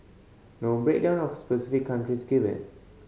no breakdown of specific countries given